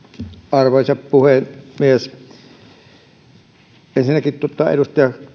arvoisa puhemies ensinnäkin edustaja